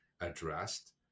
addressed